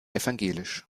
evangelisch